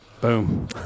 Boom